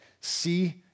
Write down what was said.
see